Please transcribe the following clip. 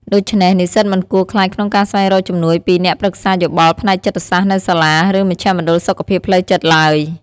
ដូច្នេះ និស្សិតមិនគួរខ្លាចក្នុងការស្វែងរកជំនួយពី អ្នកប្រឹក្សាយោបល់ផ្នែកចិត្តសាស្រ្តនៅសាលា ឬមជ្ឈមណ្ឌលសុខភាពផ្លូវចិត្តឡើយ។